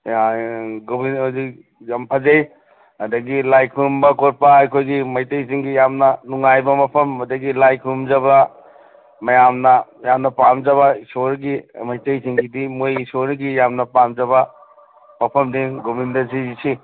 ꯒꯣꯕꯤꯟꯗ ꯍꯧꯖꯤꯛ ꯌꯥꯝ ꯐꯖꯩ ꯑꯗꯒꯤ ꯂꯥꯏ ꯈꯣꯏꯔꯨꯝꯕ ꯈꯣꯠꯄ ꯑꯩꯈꯣꯏꯒꯤ ꯃꯩꯇꯩꯁꯤꯡꯒꯤ ꯌꯥꯝꯅ ꯅꯨꯡꯉꯥꯏꯕ ꯃꯐꯝ ꯑꯗꯒꯤ ꯂꯥꯏ ꯈꯣꯏꯔꯨꯝꯖꯕ ꯃꯌꯥꯝꯅ ꯌꯥꯝꯅ ꯄꯥꯝꯖꯕ ꯏꯁꯣꯔꯒꯤ ꯃꯩꯇꯩꯁꯤꯡꯒꯤꯗꯤ ꯃꯣꯏ ꯏꯁꯣꯔꯒꯤ ꯌꯥꯝꯅ ꯄꯥꯝꯖꯕ ꯃꯐꯝꯅꯤ ꯒꯣꯕꯤꯟꯗꯖꯤꯁꯤ